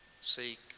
seek